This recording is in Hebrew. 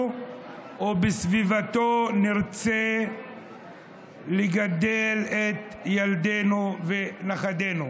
ובסביבתו נרצה לגדל את ילדינו ונכדינו.